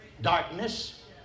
darkness